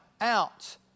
out